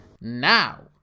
Now